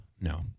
No